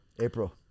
April